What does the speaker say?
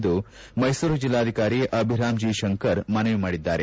ಎಂದು ಮೈಸೂರು ಜಿಲ್ಲಾಧಿಕಾರಿ ಅಭಿರಾಂ ಜೀ ಶಂಕರ್ ಮನವಿ ಮಾಡಿದ್ದಾರೆ